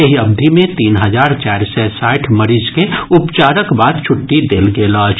एहि अवधि मे तीन हजार चारि सय साठि मरीज के उपचारक बाद छुट्टी देल गेल अछि